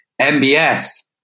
MBS